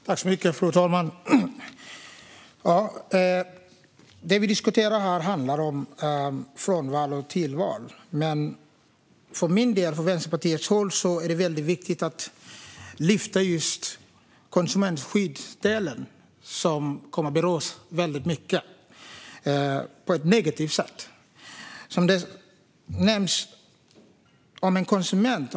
Herr talman! Det vi diskuterar här handlar om frånval och tillval. För min och Vänsterpartiets del är det viktigt att lyfta just konsumentskyddsdelen som kommer att beröras väldigt mycket på ett negativt sätt.